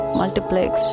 multiplex